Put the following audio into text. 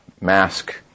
mask